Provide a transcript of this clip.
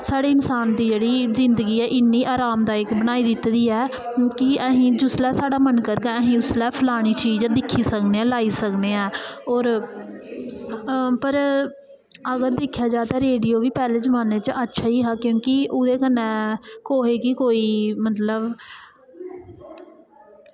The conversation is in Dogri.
साढ़ी इंसान दी जेह्ड़ी जिन्दगी ऐ इ'न्नी अरामदायक बनाई दित्ती दी ऐ क्योंकि असें जिसलै साढ़ा मन करगा असें उसलै फलानी चीज़ दिक्खी सकनें आं लाई सकनें आं होर पर अगर दिक्खेआ जा ते रेडियो बी पैह्ले जमान्ने च अच्छा ई हा क्योंकि ओह्दे कन्नै कुसै गी कोई मतलब